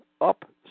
up